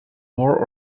more